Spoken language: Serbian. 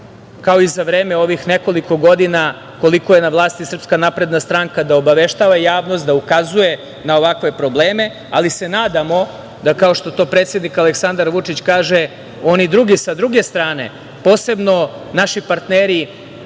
kao i za vreme ovih nekoliko godina koliko je na vlasti SNS da obaveštava javnost, da ukazuje na ovakve probleme, ali se nadamo da kao što to predsednik Aleksandar Vučić kaže – oni drugi, sa druge strane posebno naši partneri